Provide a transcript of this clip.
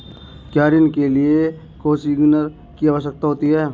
क्या ऋण के लिए कोसिग्नर की आवश्यकता होती है?